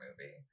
movie